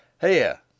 Here